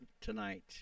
tonight